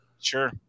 Sure